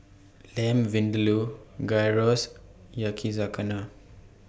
Lamb Vindaloo Gyros Yakizakana